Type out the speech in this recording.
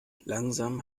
langsam